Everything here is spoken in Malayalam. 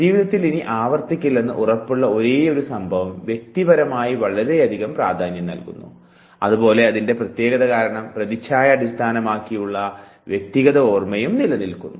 ജീവിതത്തിൽ ഇനി ആവർത്തിക്കില്ലെന്ന് ഉറപ്പുള്ള ഒരേയൊരു സംഭവം വ്യക്തിപരമായി വളരെയധികം പ്രാധാന്യം നൽകുന്നു അതുപോലെ അതിൻറെ പ്രത്യേകത കാരണം പ്രതിച്ഛായ അടിസ്ഥാനമാക്കിയുള്ള വ്യക്തിഗത ഓർമ്മയും നിലനിൽക്കുന്നു